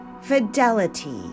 fidelity